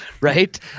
right